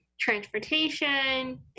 transportation